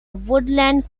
woodland